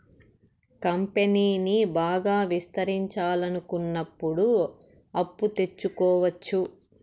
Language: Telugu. కంపెనీని బాగా విస్తరించాలనుకున్నప్పుడు అప్పు తెచ్చుకోవచ్చు